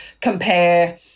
compare